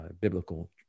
biblical